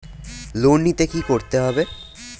Loan নিতে কী করতে হবে?